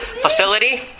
facility